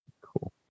Cool